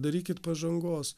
darykit pažangos